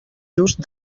just